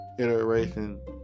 iteration